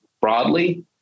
broadly